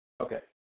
Okay